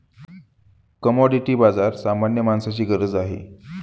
commodity बाजार सामान्य माणसाची गरज आहे